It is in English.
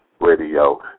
radio